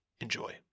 enjoy